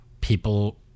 people